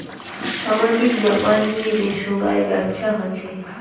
সামাজিক ব্যাপার নিয়ে যে সোগায় ব্যপছা হসে